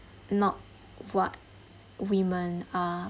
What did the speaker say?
not what women are